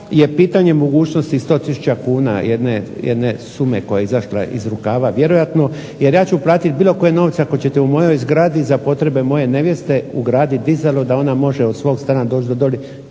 pitanje mogućnosti 100 tisuća kuna, jedne sume koja je izašla iz rukava vjerojatno. Jer ja ću platiti bilo koje novce ako ćete u mojoj zgradi za potrebe moje nevjeste ugraditi dizalo da ona može od svog stana doći do dolje,